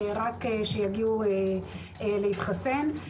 רק שיגיעו להתחסן.